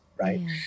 right